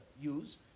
use